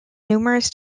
numerous